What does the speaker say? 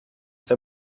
der